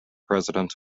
president